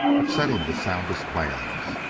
upsetting the soundest plans,